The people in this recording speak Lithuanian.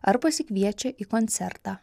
ar pasikviečia į koncertą